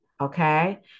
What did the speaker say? okay